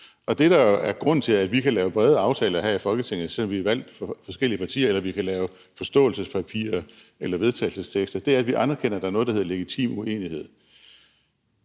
Og det, der er grunden til, at vi kan lave brede aftaler her i Folketinget, selv om vi er valgt for forskellige partier, eller vi kan lave forståelsespapirer eller vedtagelsestekster, er, at vi anerkender, at der er noget, der hedder legitim uenighed.